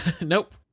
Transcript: Nope